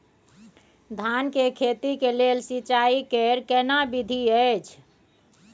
धान के खेती के लेल सिंचाई कैर केना विधी अछि?